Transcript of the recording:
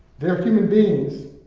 they are human beings.